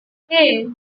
hey